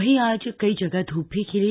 वहीं आज कई जगह ध्प भी खिली